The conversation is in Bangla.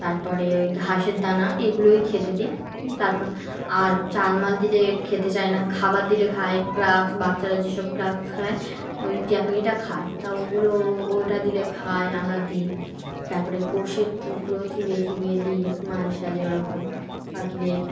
তারপরে ওই ঘাসের দানা এগুলোই খেতে দিই তারপর আর চালমাল দিলে খেতে চায় না খাবার দিলে খায় ক্রাক্স বাচ্চারা যেসব ক্রাক্স খায় ওই টিয়াপাখিটা খায় তা ওগুলো ওইটা দিলে খায় আমরা দিই তারপরে গোসের টুকরো চিপে চিপে দিই মাঝে সাঝে ওরকম পাখিদের